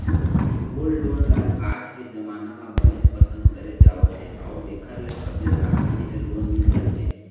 gold loan ल आज के जमाना म बनेच पसंद करे जावत हे अउ एखर ले सबले असानी ले लोन मिल जाथे